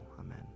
Amen